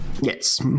Yes